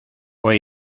fue